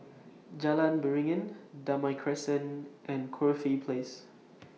Jalan Beringin Damai Crescent and Corfe Place